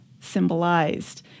symbolized